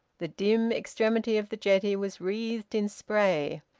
the dim extremity of the jetty was wreathed in spray,